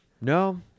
No